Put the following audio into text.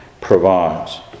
provides